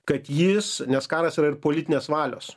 kad jis nes karas yra ir politinės valios